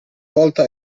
volta